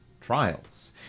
trials